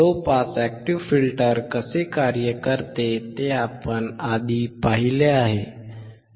low pass active filter कसे कार्य करते ते आपण आधी पाहिले आहे